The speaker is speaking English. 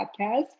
podcast